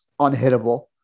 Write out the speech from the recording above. unhittable